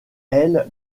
aile